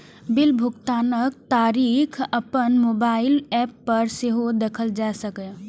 bill भुगतानक तारीख अपन मोबाइल एप पर सेहो देखल जा सकैए